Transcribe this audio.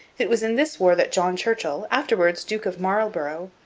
it was in this war that john churchill, afterwards duke of marlborough,